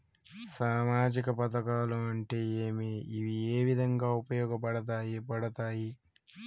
సామాజిక పథకాలు అంటే ఏమి? ఇవి ఏ విధంగా ఉపయోగపడతాయి పడతాయి?